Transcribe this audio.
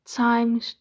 times